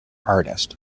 artist